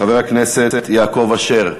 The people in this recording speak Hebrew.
חבר הכנסת יעקב אשר,